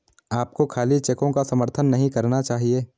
आपको खाली चेकों का समर्थन नहीं करना चाहिए